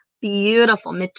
beautiful